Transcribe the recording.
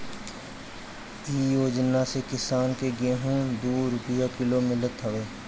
इ योजना से किसान के गेंहू दू रूपिया किलो मितल हवे